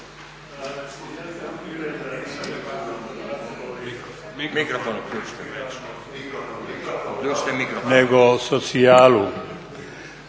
Hvala vam